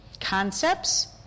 concepts